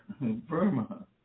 Burma